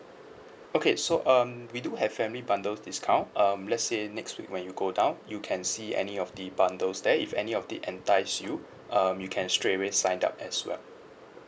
okay so um we do have family bundle discount um let's say next week when you go down you can see any of the bundles there if any of it entice you um you can straight away sign up as well